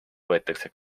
võetakse